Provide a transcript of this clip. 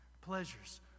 pleasures